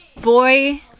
Boy